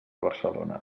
barcelona